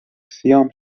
سیام